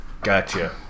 gotcha